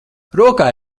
rokā